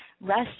rest